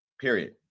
period